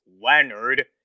Leonard